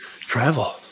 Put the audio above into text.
Travel